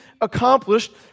accomplished